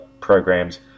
programs